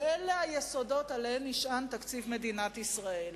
ואלה היסודות שעליהם נשען תקציב מדינת ישראל.